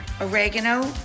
oregano